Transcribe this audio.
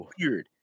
weird